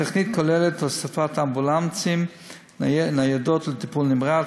התוכנית כוללת הוספת אמבולנסים וניידות לטיפול נמרץ,